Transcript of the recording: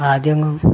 ആദ്യമങ്ങ്